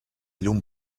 llum